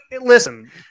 Listen